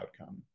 outcome